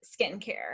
skincare